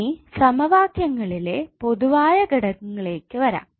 ഇനി സമവാക്യങ്ങളിലെ പൊതുവായ ഘടകങ്ങളിലേക് വരാം